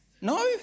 no